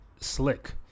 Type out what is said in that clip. slick